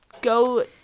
go